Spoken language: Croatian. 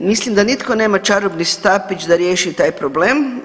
Mislim da nitko nema čarobni štapić da riješi taj problem.